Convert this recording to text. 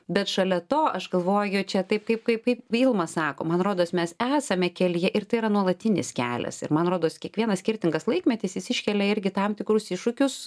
bet šalia to aš galvoju čia taip kaip kaip kaip vilma sako man rodos mes esame kelyje ir tai yra nuolatinis kelias ir man rodos kiekvienas skirtingas laikmetis jis iškelia irgi tam tikrus iššūkius